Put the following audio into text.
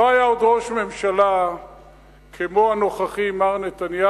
לא היה עוד ראש ממשלה כמו הנוכחי, מר נתניהו,